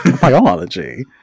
biology